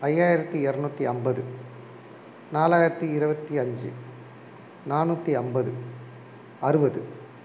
ஐயாயிரத்தி இரநூத்தி ஐம்பது நாலாயிரத்தி இருபத்தி அஞ்சு நானூற்றி ஐம்பது அறுபது